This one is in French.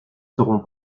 seront